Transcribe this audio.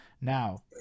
now